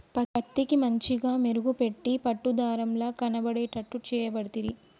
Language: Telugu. పత్తికి మంచిగ మెరుగు పెట్టి పట్టు దారం ల కనబడేట్టు చేయబడితిరి